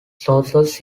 sources